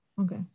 okay